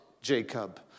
Jacob